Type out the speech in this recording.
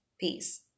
Peace